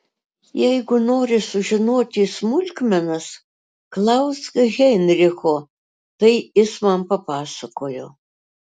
jeigu nori sužinoti smulkmenas klausk heinricho tai jis man papasakojo